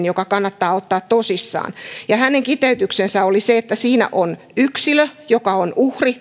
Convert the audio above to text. joka kannattaa ottaa tosissaan hänen kiteytyksensä oli se että siinä on yksilö joka on uhri